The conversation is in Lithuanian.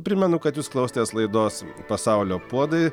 primenu kad jūs klausėtės laidos pasaulio puodai